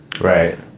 right